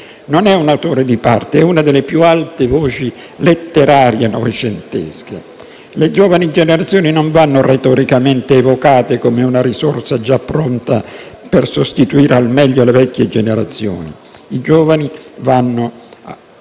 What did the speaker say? Non è un autore di parte, è una delle più alte voci letterarie novecentesche. Le giovani generazioni non vanno retoricamente evocate come una risorsa già pronta per sostituire al meglio le vecchie generazioni. I giovani vanno